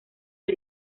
del